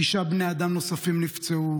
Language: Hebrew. תשעה בני אדם נוספים נפצעו,